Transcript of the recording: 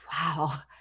wow